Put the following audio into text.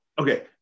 okay